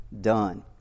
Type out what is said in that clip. done